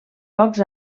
pocs